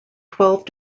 twelve